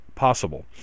possible